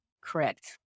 Correct